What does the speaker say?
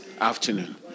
afternoon